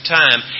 time